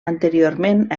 anteriorment